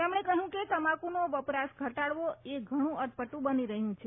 તેમણે કહ્યું કે તમાકુનો વપરાશ ઘટાડવો એ ઘણું અટપટું બની રહ્યું છે